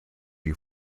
you